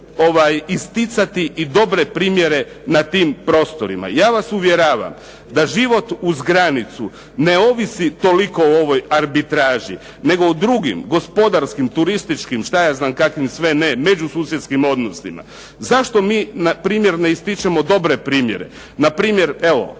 isticati i dobre primjere na tim prostorima. Ja vas uvjeravam da život uz granicu ne ovisi toliko o ovoj arbitraži nego o drugim gospodarskim, turističkim šta ja znam kakvim sve ne međususjedskim odnosima. Zašto mi na primjer ne ističemo dobre primjere. Na primjer, evo